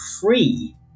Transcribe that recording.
free